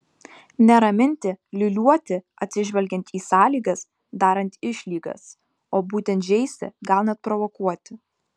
ne raminti liūliuoti atsižvelgiant į sąlygas darant išlygas o būtent žeisti gal net provokuoti